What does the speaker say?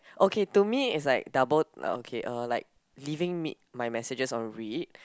okay to me is like double uh okay uh like leaving me my messages on read